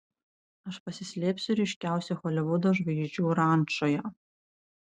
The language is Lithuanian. aš pasislėpsiu ryškiausių holivudo žvaigždžių rančoje